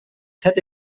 hätte